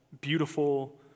beautiful